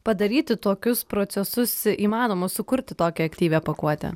padaryti tokius procesus įmanoma sukurti tokią aktyvią pakuotę